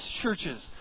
churches